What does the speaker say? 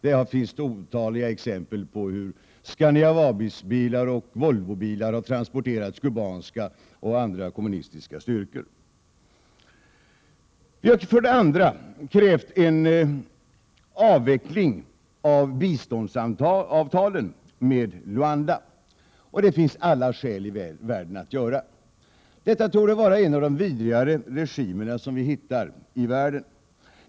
Där finns otaliga exempel på hur Scania-Vabis-bilar och Volvobilar har transporterat kubanska och andra kommunistiska styrkor. Vi har för det andra krävt en avveckling av biståndsavtalen med Luanda. Det finns alla skäl i världen att göra det. Detta torde vara en av de vidrigare regimer man kan hitta i världen.